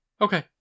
okay